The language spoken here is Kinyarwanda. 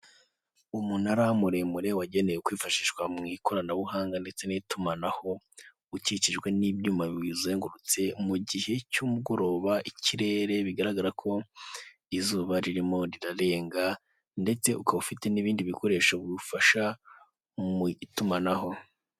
Umunara muremure wagenewe kwifashishwa mu ikoranabuhanga ndetse n'itumanaho, ukikijwe n'ibyuma biwuzengurutse mu gihe cy'umugoroba ikirere bigaragara ko izuba ririmo rirarenga, ndetse ukaba ufite n'ibindi bikoresho biwufasha mu itumanaho.